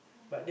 yeah